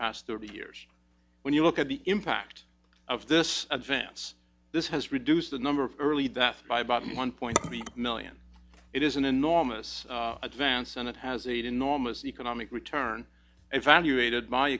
past thirty years when you look at the impact of this advance this has reduced the number of early deaths by about one point three million it is an enormous advance and it has eight enormous economic return evaluated by